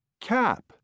Cap